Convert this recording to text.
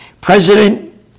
President